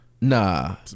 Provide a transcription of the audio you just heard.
Nah